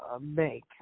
make